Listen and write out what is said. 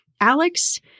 Alex